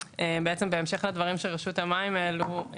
בהמשך לדברים שרשות המים העלו,